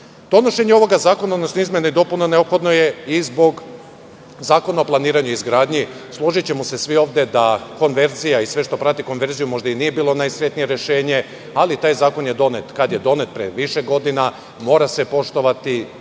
izgradnju. Donošenje ovog zakona, odnosno izmena i dopuna, neophodno je i zbog Zakona o planiranju i izgradnji. Složićemo se svi ovde da konverzija i sve što prati konverziju možda i nije bilo najsrećnije rešenje, ali taj zakon je donet, kad je donet, pre više godina, mora se poštovati,